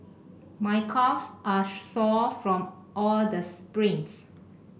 my calves are sore from all the sprints